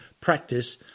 practice